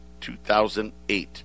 2008